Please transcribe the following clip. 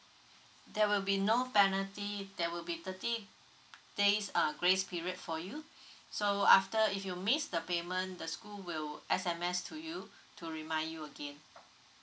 there will be no penalty that will be thirty days err grace period for you so after if you miss the payment the school will sms to you to remind you again